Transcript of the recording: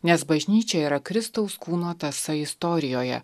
nes bažnyčia yra kristaus kūno tąsa istorijoje